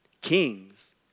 Kings